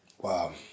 Wow